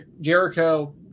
Jericho